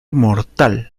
mortal